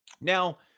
Now